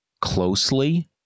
closely